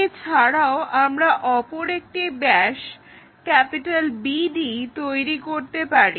এছাড়াও আমরা অপর একটি ব্যাস BD তৈরি করতে পারি